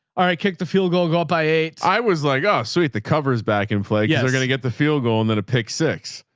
all right. kick the field goal, go up by eight. i was like, oh, sweet. the covers back in play. cause yeah they're going to get the field goal and then a pick six.